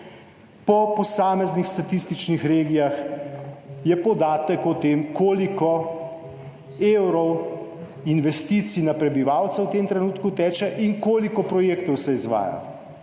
Po posameznih statističnih regijah je podatek o tem, koliko evrov in koliko investicij na prebivalca v tem trenutku teče in koliko projektov se izvaja.